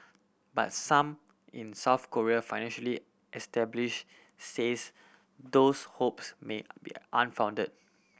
but some in South Korea financially establish says those hopes may be unfounded